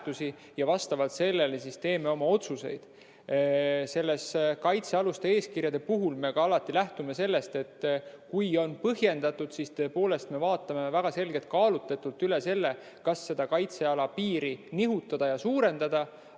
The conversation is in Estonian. ja vastavalt sellele teeme oma otsuseid. Kaitsealuste eeskirjade puhul me lähtume alati sellest, et kui on põhjendatud, siis tõepoolest me vaatame väga selgelt ja kaalutletult üle selle, kas seda kaitseala piiri nihutada ja suurendada.